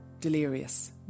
delirious